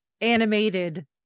animated